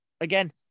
Again